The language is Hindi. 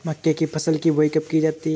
मक्के की फसल की बुआई कब की जाती है?